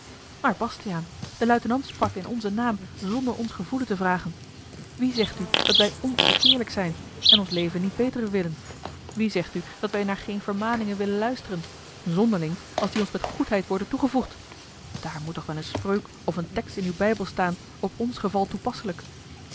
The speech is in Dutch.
maar bastiaan de luitenant sprak in onzen naam zonder ons gevoelen te vragen wie zegt u dat wij onbekeerlijk zijn en ons leven niet beteren willen wie zegt u dat wij naar geene vermaningen willen luisteren zonderling als die ons met goedheid worden toegevoegd daar moet toch wel eene spreuk of een tekst in uw bijbel staan op ons geval toepasselijk